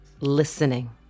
listening